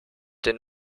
den